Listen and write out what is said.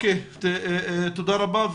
תודה רבה.